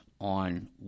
on